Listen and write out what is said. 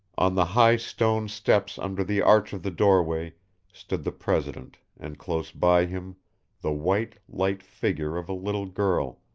on the high stone steps under the arch of the doorway stood the president and close by him the white, light figure of a little girl,